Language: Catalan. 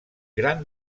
gran